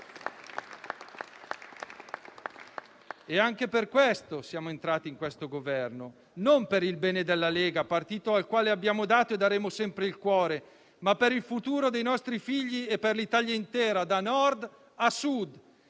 Anche per questo siamo entrati nel Governo; non per il bene della Lega, partito al quale abbiamo dato e daremo sempre il cuore, ma per il futuro dei nostri figli e per l'Italia intera, da Nord a Sud.